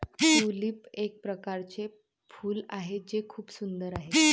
tulip एक प्रकारचे फूल आहे जे खूप सुंदर आहे